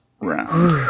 round